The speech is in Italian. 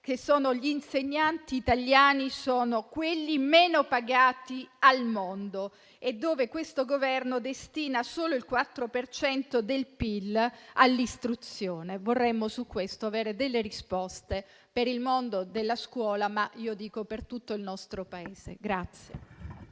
che gli insegnanti italiani sono i meno pagati al mondo e che questo Governo destina solo il 4 per cento del PIL all'istruzione. Vorremmo avere in merito delle risposte per il mondo della scuola, ma io dico per tutto il nostro Paese.